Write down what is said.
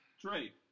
Trey